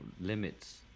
limits